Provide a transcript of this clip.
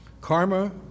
Karma